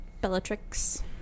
Bellatrix